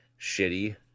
shitty